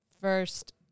first